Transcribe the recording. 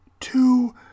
Two